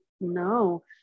no